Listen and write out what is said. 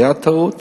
היתה טעות,